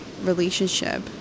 relationship